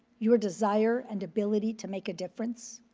your desire and ability to make a difference.